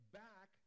back